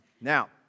Now